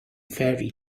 fairy